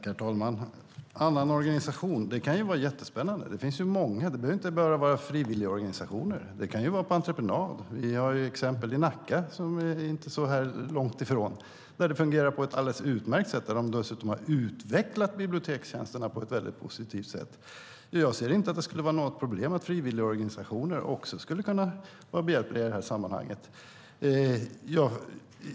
Herr talman! En annan organisation kan ju vara jättespännande. Det finns många, det behöver inte vara bara frivilligorganisationer. Det kan vara på entreprenad. Vi har exempel i Nacka, som inte är så långt härifrån, där det fungerar på ett alldeles utmärkt sätt. Där har de dessutom utvecklat bibliotekstjänsterna på ett väldigt positivt sätt. Jag ser inte att det skulle vara något problem att frivilligorganisationer också skulle kunna vara behjälpliga i det här sammanhanget.